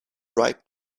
ripe